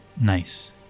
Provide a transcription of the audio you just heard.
Nice